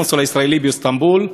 הקונסול הישראלי באיסטנבול,